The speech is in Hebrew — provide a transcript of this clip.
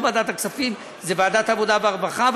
ועדת הכספים אלא ועדת העבודה והרווחה,